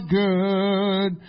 good